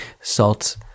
salt